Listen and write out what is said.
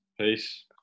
Peace